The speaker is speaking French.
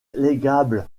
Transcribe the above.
pendant